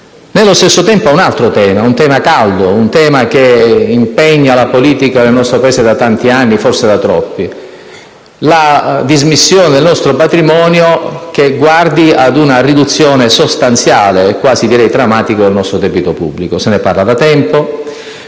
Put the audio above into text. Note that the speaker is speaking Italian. Nello stesso tempo un altro tema caldo impegna la politica del nostro Paese da tanti anni, forse troppi. Mi riferisco alla dismissione del nostro patrimonio che guardi ad una riduzione sostanziale, direi quasi traumatica, del nostro debito pubblico. Se ne parla da tempo.